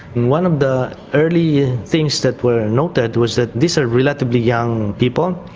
one of the early things that were noted was that these are relatively young people,